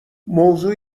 موضوع